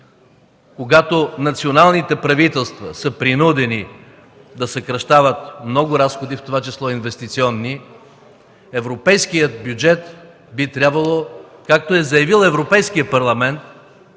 когато националните правителства са принудени да съкращават много разходи, в това число инвестиционни, европейският бюджет би трябвало, както е заявил Европейският парламент,